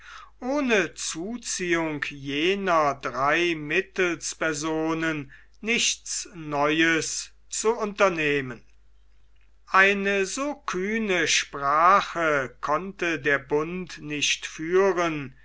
ohne zuziehung jener drei mittelspersonen nichts neues zu unternehmen meteren senil eine so kühne sprache konnte der bund nicht führen